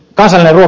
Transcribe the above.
puhemies